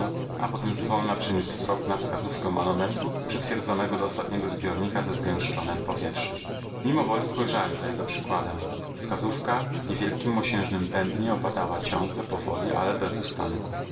a potem zwolna przeniósł wzrok na wskazówkę manometru przytwierdzonego do ostatniego zbiornika ze zgęszczonem powietrzem mimowoli spojrzałem na jego przykładem wskazówka w niewielkim mosiężnym bębnie opadała ciągle powoli ale bez ustanku